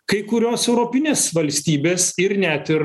kai kurios europinės valstybės ir net ir